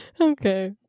okay